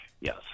Yes